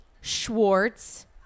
Schwartz